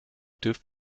dürft